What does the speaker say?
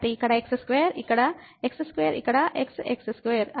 కాబట్టి ఇక్కడ x2 ఇక్కడ x2 ఇక్కడ xx2